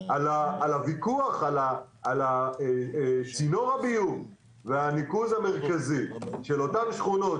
על הוויכוח על צינור הביוב והניקוז המרכזי של אותן שכונות.